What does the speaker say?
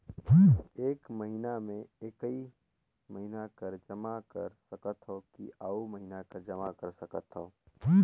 एक महीना मे एकई महीना कर जमा कर सकथव कि अउ महीना कर जमा कर सकथव?